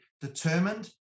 determined